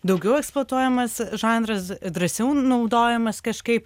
daugiau eksploatuojamas žanras drąsiau naudojamas kažkaip